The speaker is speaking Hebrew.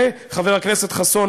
וחבר הכנסת חסון,